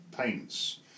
paints